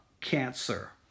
cancer